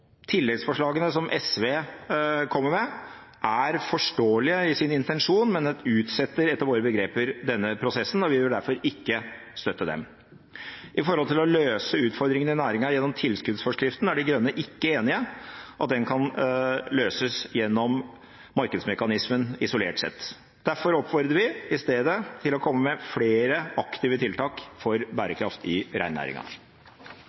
Forslaget som SV kommer med, er forståelig i sin intensjon, men en utsetter etter våre begreper denne prosessen, og vi vil derfor ikke støtte det. Når det gjelder å løse utfordringene i næringen gjennom tilskuddsforskriften, er De Grønne ikke enig i at de kan løses gjennom markedsmekanismen isolert sett. Derfor oppfordrer vi i stedet til å komme med flere aktive tiltak for